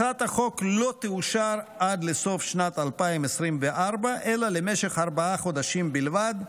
הצעת החוק לא תאושר עד לסוף שנת 2024 אלא למשך ארבעה חודשים בלבד,